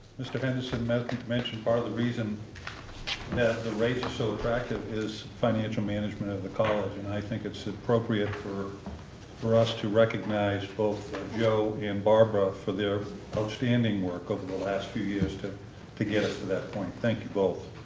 mr. henderson mentioned mentioned part of the reason that the rates are so attractive is financial management of the college, and i think it's appropriate for for us to recognize both joe and barbara for their outstanding work over the last few years to to get it to that point. thank you both.